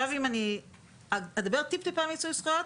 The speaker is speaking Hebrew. אני אדבר עוד טיפה על מיצוי הזכויות.